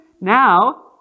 Now